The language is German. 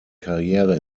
karriere